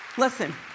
Listen